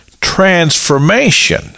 transformation